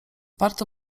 warto